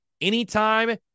anytime